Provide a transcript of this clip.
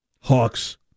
Hawks